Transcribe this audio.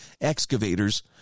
excavators